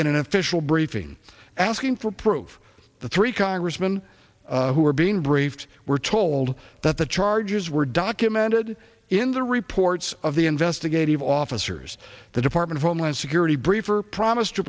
in an official briefing asking for proof the three congressmen who are being briefed were told that the charges were documented in the reports of the investigative officers the department of homeland security briefer promised to